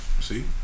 See